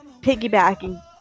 Piggybacking